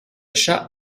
chat